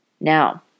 Now